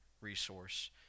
resource